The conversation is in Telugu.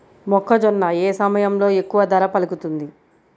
మొక్కజొన్న ఏ సమయంలో ఎక్కువ ధర పలుకుతుంది?